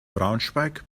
braunschweig